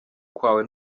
kwawe